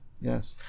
Yes